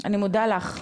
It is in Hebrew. אני מודה לך.